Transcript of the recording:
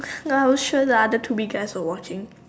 I'm sure the other two B guys were watching